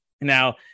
now